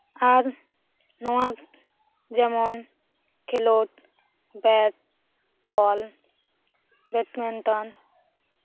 ᱟᱨ ᱱᱚᱣᱟ ᱡᱮᱢᱚᱱ ᱠᱷᱮᱞᱳᱰ ᱵᱮᱴ ᱵᱚᱞ ᱵᱮᱰᱢᱤᱱᱴᱚᱱ